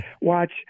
Watch